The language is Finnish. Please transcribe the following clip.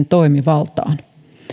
toimivaltaan